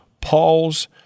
Paul's